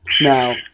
Now